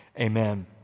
Amen